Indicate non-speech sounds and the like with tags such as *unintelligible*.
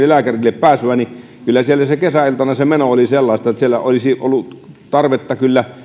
*unintelligible* lääkärille pääsyä että kyllä siellä kesäiltana se meno oli sellaista että siellä olisi ollut tarvetta